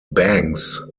banks